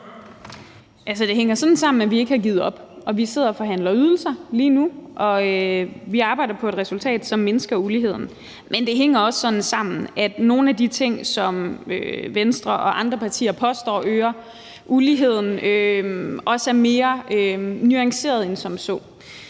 det hænger sådan sammen, at vi ikke har givet op, at vi sidder og forhandler ydelser lige nu, og at vi arbejder på et resultat, som mindsker uligheden. Men det hænger også sådan sammen, at nogle af de ting, som Venstre og andre partier påstår øger uligheden, også er mere nuancerede end som så.